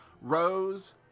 Rose